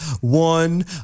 one